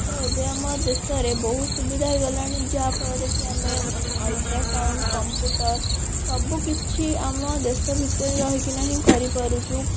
ତ ଏବେ ଆମ ଦେଶରେ ବହୁତ ସୁବିଧା ହୋଇଗଲାଣି ଯାହା ଫଳରେକି ଆମେ ଅଲ୍ଟ୍ରାସାଉଣ୍ଡ୍ କମ୍ପୁଟର୍ ସବୁକିଛି ଆମ ଦେଶ ଭିତରେ ରହିକିନା ହିଁ କରିପାରୁଛୁ